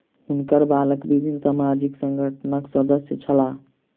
हुनकर बालक विभिन्न सामाजिक संगठनक सदस्य छला